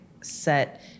set